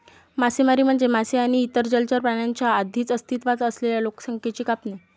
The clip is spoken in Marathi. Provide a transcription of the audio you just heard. मासेमारी म्हणजे मासे आणि इतर जलचर प्राण्यांच्या आधीच अस्तित्वात असलेल्या लोकसंख्येची कापणी